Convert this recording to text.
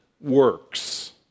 works